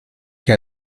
que